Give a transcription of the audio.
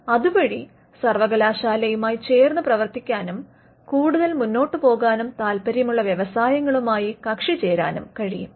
അതുവഴി സർവകലാശാലയുമായി ചേർന്ന് പ്രവർത്തിക്കാനും കൂടുതൽ മുന്നോട്ട് പോകാനും താൽപ്പര്യമുള്ള വ്യവസായങ്ങളുമായി കക്ഷിചേരാനും കഴിയും